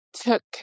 took